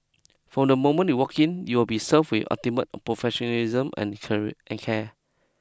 from the moment you walk in you will be served with ultimate professionalism and carry and care